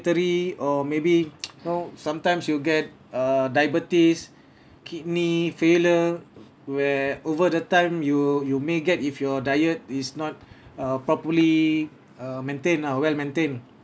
or maybe know sometimes you'll get uh diabetes kidney failure where over the time you you may get if your diet is not uh properly uh maintain lah well maintain